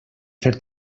fer